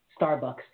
Starbucks